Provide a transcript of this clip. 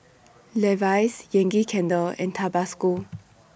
Levi's Yankee Candle and Tabasco